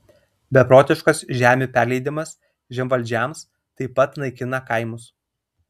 beprotiškas žemių perleidimas žemvaldžiams taip pat naikina kaimus